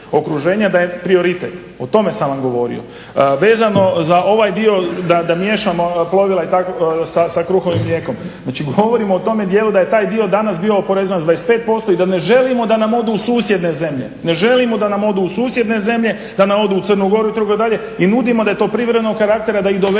da je prioritet. O tome sam vam govorio. Vezano za ovaj dio da miješamo plovila sa kruhom i mlijekom. Znači, govorimo o tome dijelu da je taj dio danas bio oporezovan sa 25% i da ne želimo da nam odu u susjedne zemlje, ne želimo da nam odu u susjedne zemlje, da nam odu u Crnu Goru itd. I nudimo da je to privrednog karaktera, da ih dovedemo,